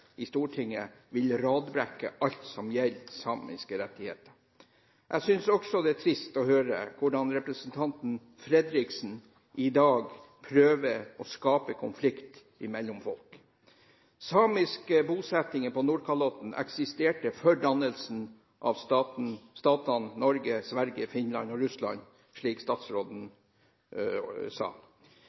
i Stortinget vil radbrekke alt som gjelder samiske rettigheter. Jeg synes også det er trist å høre hvordan representanten Fredriksen i dag prøver å skape konflikt mellom folk. Samiske bosettinger på Nordkalotten eksisterte før dannelsen av statene Norge, Sverige, Finland og Russland, slik statsråden sa.